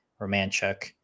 Romanchuk